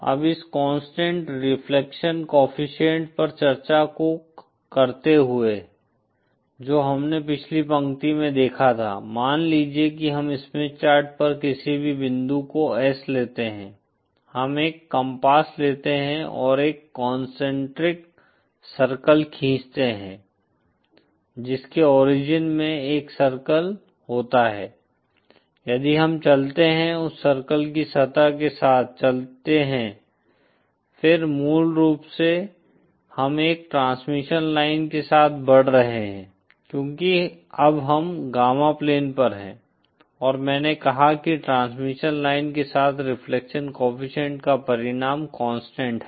अब इस constant reflection coefficient पर चर्चा को करते हुए जो हमने पिछली पंक्ति में देखा था मान लीजिए कि हम स्मिथ चार्ट पर किसी भी बिंदु को S लेते हैं हम एक कम्पास लेते हैं और एक कॉन्सेंट्रिक सर्किल खींचते हैं जिसके ओरिजिन में एक सर्किल होता है यदि हम चलते हैं उस सर्कल की सतह के साथ चलते हैं फिर मूल रूप से हम एक ट्रांसमिशन लाइन के साथ बढ़ रहे हैं क्योंकि अब हम गामा प्लेन पर हैं और मैंने कहा कि ट्रांसमिशन लाइन के साथ रिफ्लेक्शन कोएफ़िशिएंट का परिणाम कांस्टेंट है